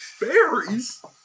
Berries